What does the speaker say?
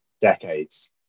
decades